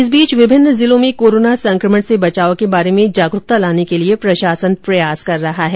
इस बीच विभिन्न जिलों में कोरोना संक्रमण से बचाव के बारे में जागरूकता लाने के लिए प्रशासन प्रयास कर रहा है